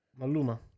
maluma